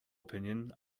opinion